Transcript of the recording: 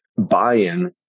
buy-in